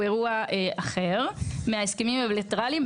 הוא אחר מההסכמים הבילטרליים,